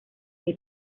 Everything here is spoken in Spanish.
que